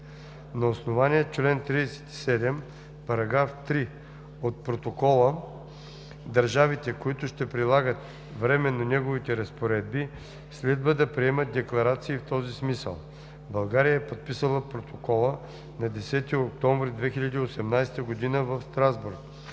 На основание чл. 37, параграф 3 от Протокола държавите, които ще прилагат временно неговите разпоредби, следва да приемат декларации в този смисъл. България е подписала Протокола на 10 октомври 2018 г. в Страсбург,